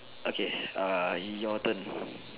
okay err your turn